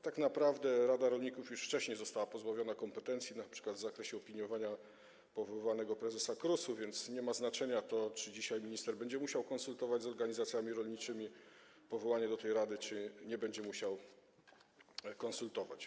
Tak naprawdę Rada Rolników już wcześniej została pozbawiona kompetencji np. w zakresie opiniowania powoływanego prezesa KRUS-u, więc nie ma znaczenia to, czy dzisiaj minister będzie musiał konsultować z organizacjami rolniczymi powołanie do tej rady, czy nie będzie musiał tego konsultować.